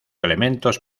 elementos